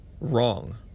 wrong